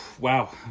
Wow